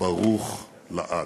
ברוך לעד.